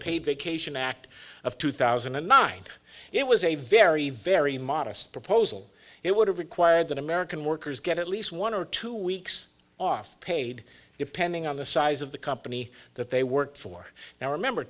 paid vacation act of two thousand and nine it was a very very modest proposal it would have required that american workers get at least one or two weeks off paid depending on the size of the company that they work for now remember